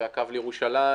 והקו לירושלים,